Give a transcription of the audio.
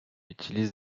utilise